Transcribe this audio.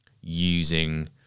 using